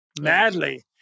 madly